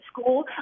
school